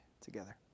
together